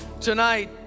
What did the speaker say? Tonight